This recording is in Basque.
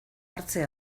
hartze